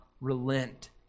relent